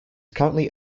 currently